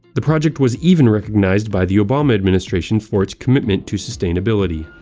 the project was even recognized by the obama administration for its commitment to sustainability.